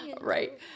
Right